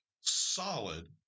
solid